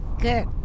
Good